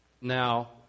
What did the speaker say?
now